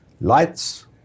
Lights